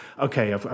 okay